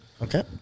Okay